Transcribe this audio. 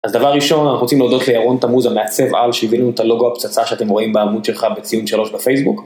אז דבר ראשון אנחנו רוצים להודות לירון תמוז המעצב על שהביא לנו את הלוגו הפצצה שאתם רואים בעמוד שלך בציון 3 בפייסבוק.